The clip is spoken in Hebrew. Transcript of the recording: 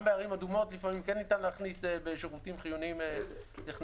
גם בערים אדומות לפעמים כן ניתן להכניס בשירותים חיוניים טכנאים,